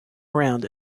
around